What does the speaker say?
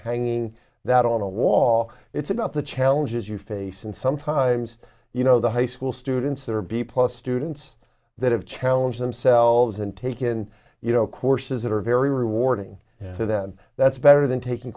hanging that on a wall it's about the challenges you face and sometimes you know the high school students that are be plus students that have challenge themselves and taken you know courses that are very rewarding to them that's better than taking